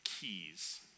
keys